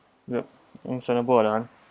yup in singapore right